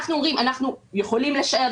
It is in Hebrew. אנחנו אומרים: אנחנו יכולים לשער,